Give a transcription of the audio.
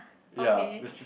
okay